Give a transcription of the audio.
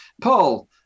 Paul